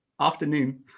afternoon